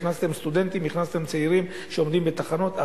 הכנסתם סטודנטים וצעירים שעומדים בתחנות,